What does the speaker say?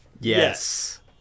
Yes